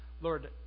Lord